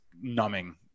numbing